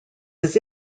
his